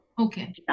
Okay